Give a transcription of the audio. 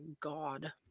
God